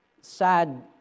sad